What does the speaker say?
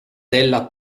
della